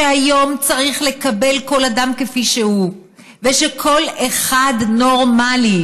שהיום צריך לקבל כל אדם כפי שהוא ושכל אחד נורמלי,